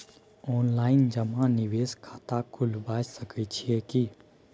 Online जमा निवेश खाता खुलाबय सकै छियै की?